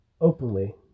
openly